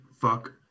fuck